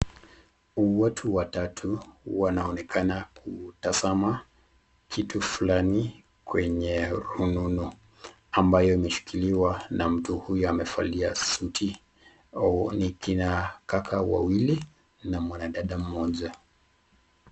Watu watatu wanaonekana kutazama kitu fulani kwenye rununu ambayo imeshikiliwa na mtu huyu amevalia suti. Hao ni kina kaka wawili na mwanadada mmoja.